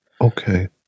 Okay